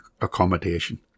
accommodation